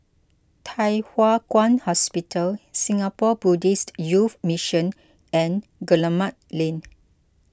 Thye Hua Kwan Hospital Singapore Buddhist Youth Mission and Guillemard Lane